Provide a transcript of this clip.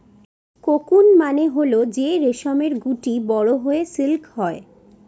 cocoon মানে হল যে রেশমের গুটি বড়ো হয়ে সিল্ক হয়